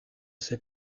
ses